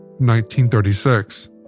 1936